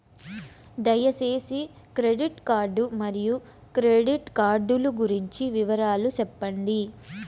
దయసేసి credit card మరియు credit card లు గురించి వివరాలు సెప్పండి?